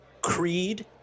Creed